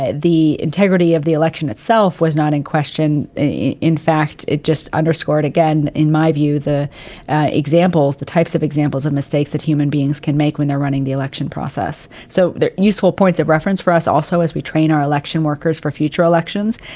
ah the integrity of the election itself was not in question. in fact, it just underscored, again, in my view, the examples, the types of examples of mistakes that human beings can make when they're running the election process. so they're useful points of reference for us. also, as we train our election workers for future elections.